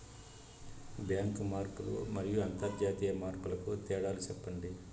Bank మార్పులు మరియు అంతర్జాతీయ మార్పుల కు తేడాలు సెప్పండి?